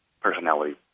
Personality